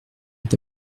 est